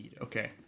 Okay